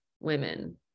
women